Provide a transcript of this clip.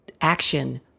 action